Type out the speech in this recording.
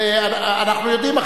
אנחנו יודעים,